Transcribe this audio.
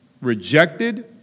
rejected